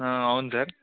అవును సార్